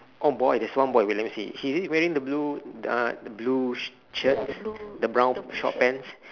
oh boy there's one boy wait let me see is he wearing a blue uh blue shirt the brown short pants